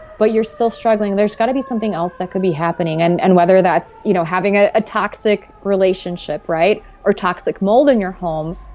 but you're so struggling, there's got to be something else that could be happening and and whether that's you know having ah a toxic relationship or toxic mold in your home,